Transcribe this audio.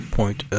point